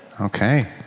Okay